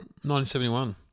1971